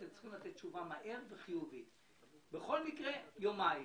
אתם צריכים לתת תשובה מהר, לא יאוחר מיומיים.